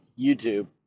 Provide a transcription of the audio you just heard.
YouTube